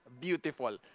beautiful